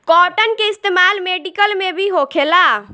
cotton के इस्तेमाल medical में भी होखेला